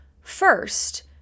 first